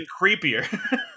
creepier